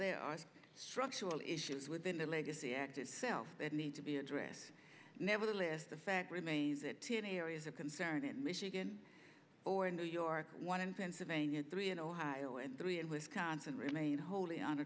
there are structural issues within the legacy act itself that need to be addressed nevertheless the fact remains that to the areas of concern in michigan or in new york one in pennsylvania three in ohio and three in wisconsin remain whol